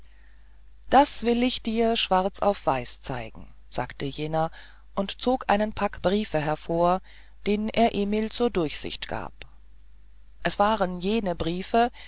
das will ich dir schwarz auf weiß zeigen sagte jener und zog einen pack briefe hervor den er emil zur durchsicht gab es waren jene briefe